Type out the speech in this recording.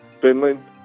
Finland